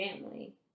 Family